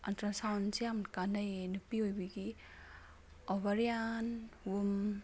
ꯑꯜꯇ꯭ꯔꯥꯁꯥꯎꯟꯁꯦ ꯌꯥꯝ ꯀꯥꯟꯅꯩꯌꯦ ꯅꯨꯄꯤ ꯑꯣꯏꯕꯤꯒꯤ ꯑꯣꯕꯔꯤꯌꯥꯟ ꯋꯨꯝ